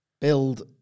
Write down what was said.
build